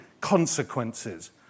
consequences